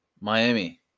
Miami